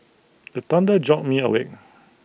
the thunder jolt me awake